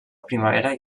primavera